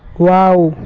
wow